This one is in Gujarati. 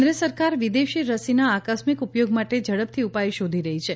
રસી કેન્દ્ર સરકાર વિદેશી રસીના આકસ્મિક ઉપયોગ માટે ઝડપથી ઉપાય શોધી રહી છે